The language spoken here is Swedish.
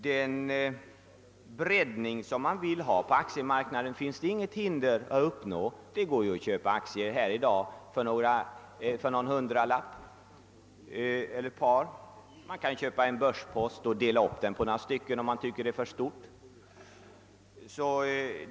Den breddning som man vill ha på aktiemarknaden finns inget hinder att uppnå. Det går ju att köpa aktier i dag för någon hundralapp. Man kan köpa en börspost och dela upp den på några stycken så behöver man inte satsa så mycket.